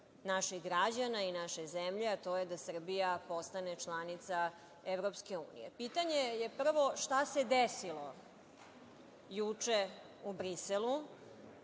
naših građana i naše zemlje, a to je da Srbija postane članica EU.Pitanje je prvo – šta se desilo juče u Briselu?